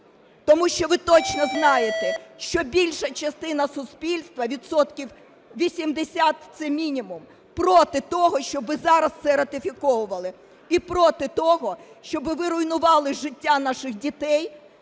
Тому що ви точно знаєте, що більша частина суспільств - відсотків 80 це мінімум, - проти того, щоб ви зараз це ратифіковували, і проти того, щоб ви руйнували життя наших дітей,